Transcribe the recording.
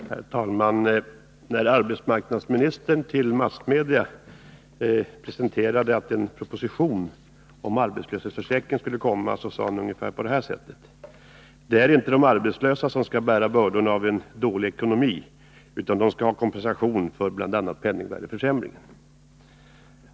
Herr talman! När arbetsmarknadsministern till massmedia meddelade att en proposition om arbetslöshetsförsäkringen skulle komma sade han ungefär: Det är inte de arbetslösa som skall bära bördorna av en dålig ekonomi, utan de skall ha kompensation för bl.a. penningvärdeförsämringen.